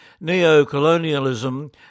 neo-colonialism